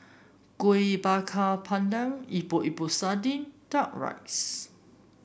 Kueh Bakar Pandan Epok Epok Sardin duck rice